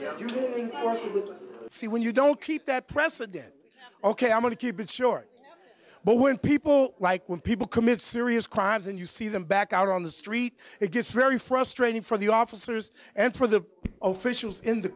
i see when you don't keep that president ok i'm going to keep it short but when people like when people commit serious crimes and you see them back out on the street it gets very frustrating for the officers and for the officials in the